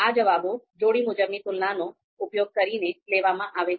આ જવાબો જોડી મુજબની તુલનાનો ઉપયોગ કરીને લેવામાં આવે છે